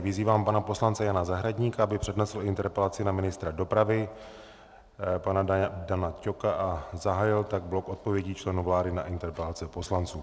Vyzývám pana poslance Jana Zahradníka, aby přednesl interpelaci na ministra dopravy pana Dana Ťoka a zahájil tak blok odpovědí členů vlády na interpelace poslanců.